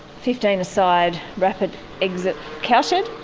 fifteen a side, rapid exit cowshed.